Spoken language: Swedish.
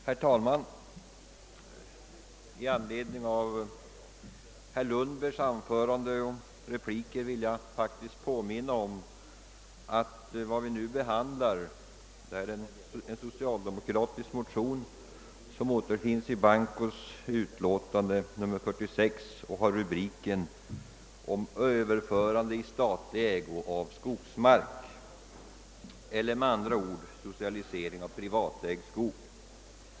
Herr talman! Med hänvisning till herr Lundbergs anförande och replikerna med anledning därav vill jag påminna om att vad vi nu diskuterar är socialdemokratiska motioner som avser överförande i statlig ägo av skogsmark eller, med andra ord, socialisering av privatägd skog.